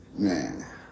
Man